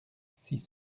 six